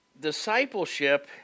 Discipleship